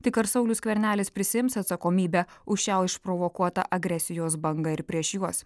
tik ar saulius skvernelis prisiims atsakomybę už šią išprovokuotą agresijos bangą ir prieš juos